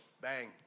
bang